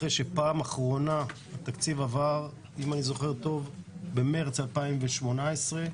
אחרי שבפעם האחרונה התקציב עבר במרס 2018,